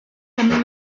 and